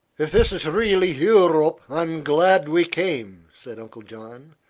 if this is really eu-rope, i'm glad we came, said uncle john,